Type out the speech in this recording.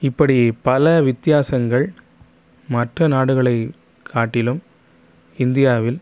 இப்படி பல வித்தியாசங்கள் மற்ற நாடுகளை காட்டிலும் இந்தியாவில்